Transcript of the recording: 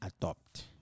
adopt